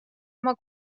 oma